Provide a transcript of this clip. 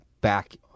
back